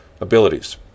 abilities